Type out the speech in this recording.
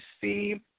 see